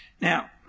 now